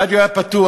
הרדיו היה פתוח,